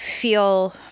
feel